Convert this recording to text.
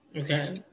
Okay